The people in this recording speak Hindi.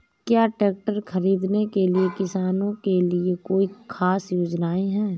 क्या ट्रैक्टर खरीदने के लिए किसानों के लिए कोई ख़ास योजनाएं हैं?